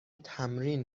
تمرین